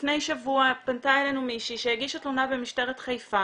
לפני שבוע פנתה אלינו מישהי שהגישה תלונה במשטרת חיפה